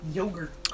yogurt